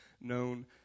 known